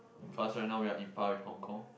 cause right now we are in par with Hong Kong